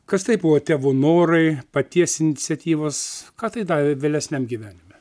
kas tai buvo tėvų norai paties iniciatyvos ką tai davė vėlesniam gyvenime